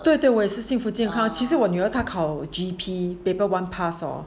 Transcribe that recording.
对对我也是幸福健康其实我女儿 G_P paper one pass hor